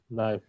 no